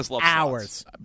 hours